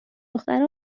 دختره